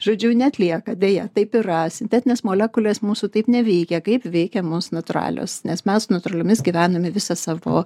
žodžiu neatlieka deja taip yra sintetinės molekulės mūsų taip neveikia kaip veikiamos natūralios nes mes natūraliomis gyvename visą savo